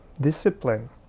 discipline